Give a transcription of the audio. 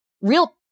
real